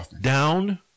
down